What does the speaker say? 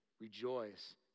Rejoice